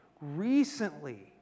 recently